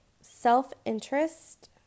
Self-interest